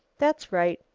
that's right,